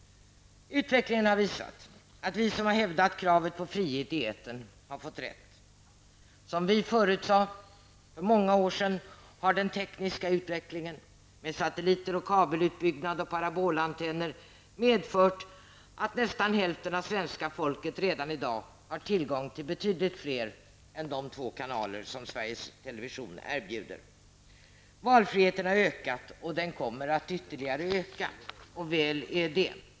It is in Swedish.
Utvecklingen har visat att vi som hävdat kravet på frihet i etern har fått rätt. Som vi förutsade för många år sedan har den tekniska utvecklingen med satelliter och kabelutbyggnad och parabolantenner medfört att nästan hälften av det svenska folket redan i dag har tillgång till betydligt fler kanaler än de två Sveriges Televison erbjuder. Valfriheten har ökat, och den kommer att öka ytterligare -- och väl är det.